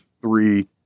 three